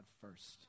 first